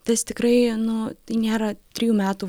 tas tikrai nu tai nėra trijų metų